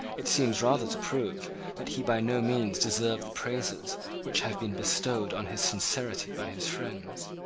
it seems rather to prove that he by no means deserved the praises which have been bestowed on his sincerity by his friends.